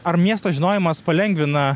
ar miesto žinojimas palengvina